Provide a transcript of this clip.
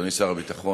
אדוני שר הביטחון,